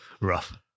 rough